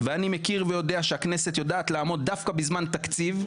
ואני מכיר ויודע שהכנסת יודעת לעמוד דווקא בזמן תקציב,